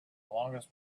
longest